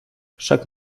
chaque